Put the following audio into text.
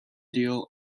deal